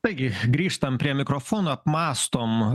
taigi grįžtam prie mikrofono apmąstom